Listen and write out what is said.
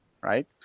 right